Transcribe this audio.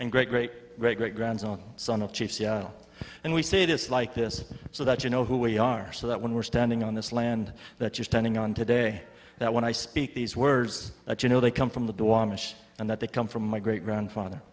and great great great great grandson son of chief seattle and we say this like this so that you know who we are so that when we're standing on this land that you're standing on today that when i speak these words that you know they come from the dormice and that they come from my great grandfather